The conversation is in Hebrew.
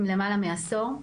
למעלה מעשור,